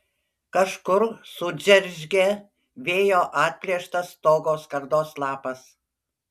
kažkur sudžeržgė vėjo atplėštas stogo skardos lapas